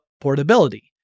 portability